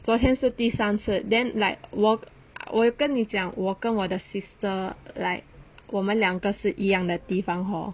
昨天是第三次 then like 我我有跟你讲我跟我的 sister like 我们两个是一样的地方 hor